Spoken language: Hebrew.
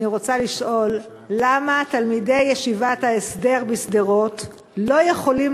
אני רוצה לשאול למה תלמידי ישיבת ההסדר בשדרות לא יכולים